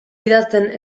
idazten